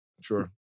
Sure